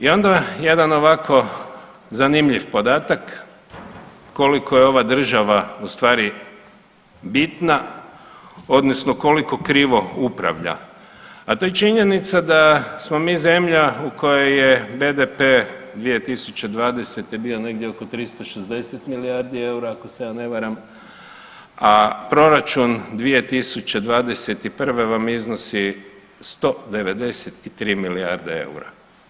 I onda jedan ovako zanimljiv podatak koliko je ova država ustvari bitna, odnosno koliko krivo upravlja, a to je činjenica da smo mi zemlja u kojoj je BDP 2020. bio negdje oko 360 milijardi eura, ako se ja ne varam, a proračun 2021. vas iznosi 193 milijarde eura.